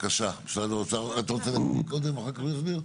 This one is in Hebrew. אתה רוצה להקריא קודם ואחר כך הוא יסביר?